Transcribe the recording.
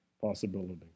possibility